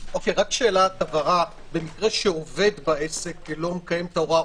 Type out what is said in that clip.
שאלת הבהרה: במקרה שעובד בעסק לא מקיים את ההוראה,